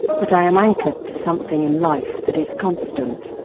but i am anchored to something in life that is constant.